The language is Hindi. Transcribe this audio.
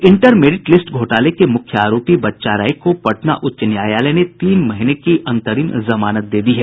इंटर मेरिट लिस्ट घोटाले के मुख्य आरोपी बच्चा राय को पटना उच्च न्यायालय ने तीन महीने की अंतरिम जमानत दे दी है